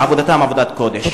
שעבודתם עבודת קודש.